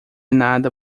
nada